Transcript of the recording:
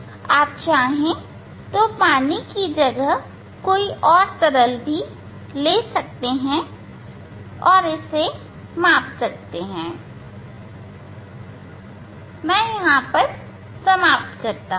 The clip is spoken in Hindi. आप पानी की जगह कोई और तरल भी ले सकते हैं और इसे माप सकते हैं यहां मैं समाप्त करता हूं